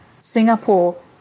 Singapore